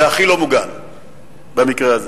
זה הכי לא מוגן במקרה הזה.